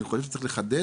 אני חושב שצריך לחדד,